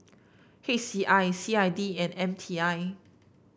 H C I C I D and M T I